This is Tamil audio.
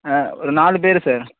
ஆ நாலு பேர் சார்